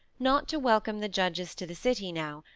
not to welcome the judges to the city now,